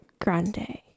Grande